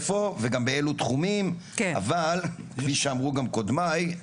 איפה, וגם באילו תחומים, אבל כפי שאמרו גם קודמי,